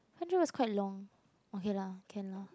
Andrew was quite long okay lah can lah